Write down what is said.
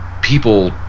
people